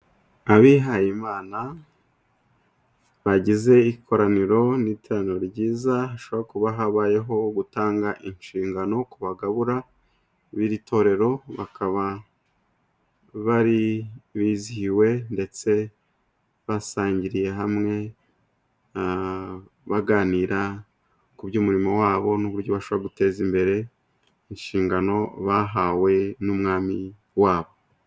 Abihayimana bagize ikoraniro n'iteraniro ryiza, hashabora kuba habayeho gutanga inshingano ku bagabura b'iri torero, bakaba bari bizihiwe ndetse basangiriye hamwe, baganira ku by'umurimo wabo n'uburyo bashobora guteza imbere inshingano bahawe n'umwami wabo.